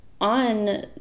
on